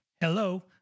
hello